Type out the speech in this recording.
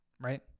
right